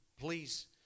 please